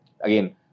again